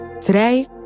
Today